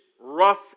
rough